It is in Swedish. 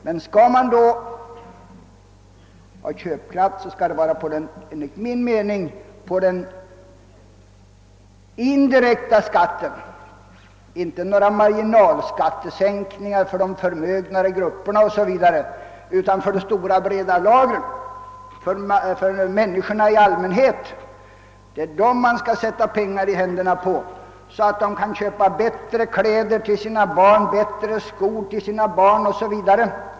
Men skall man få fram köpkraft, skall det enligt min mening ske genom sänkning av den indirekta skatten, inte genom några marginalskattesänkningar för de stora inkomsttagarna utan för de stora breda lagren, för människorna i allmänhet. Det är dem man skall sätta pengar i händerna på, så att de kan köpa bättre kläder och skor till sina barn o.s.v.